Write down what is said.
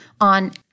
on